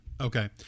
Okay